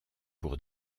pour